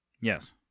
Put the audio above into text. Yes